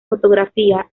fotografía